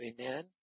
Amen